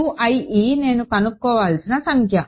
U i e నేను కనుక్కోవలసిన సంఖ్య